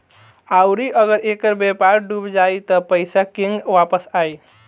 आउरु अगर ऐकर व्यापार डूब जाई त पइसा केंग वापस आई